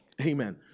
Amen